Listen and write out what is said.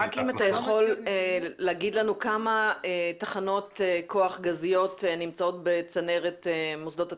אתה יכול לומר לנו כמה תחנות כוח גזיות נמצאות בצנרת מוסדות התכנון?